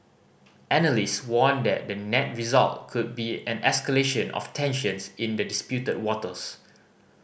analyst warn that the net result could be an escalation of tensions in the disputed waters